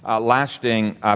lasting